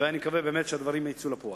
ואני מקווה שהדברים באמת יצאו לפועל.